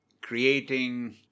creating